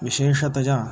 विशेषतया